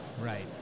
Right